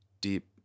deep